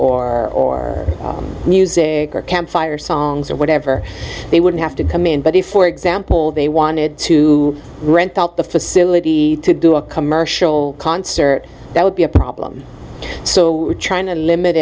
play or music or campfire songs or whatever they wouldn't have to come in but if for example they wanted to rent out the facility to do a commercial concert that would be a problem so we're trying to limit